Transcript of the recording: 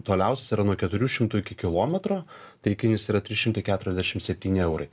toliausias yra nuo keturių šimtų iki kilometro tai įkainis yra trys šimtai keturiasdešim septyni eurai